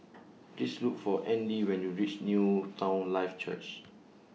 This Look For Andy when YOU REACH Newton Life Church